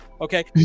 Okay